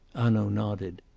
hanaud nodded.